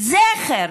זכר